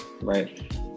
right